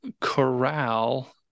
corral